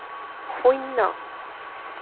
শূন্য়